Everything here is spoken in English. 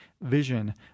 vision